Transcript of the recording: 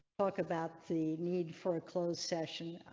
thought about the need for a closed session.